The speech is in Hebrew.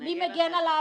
מי מגן עליו?